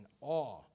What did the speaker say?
awe